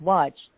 Watch